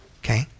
Okay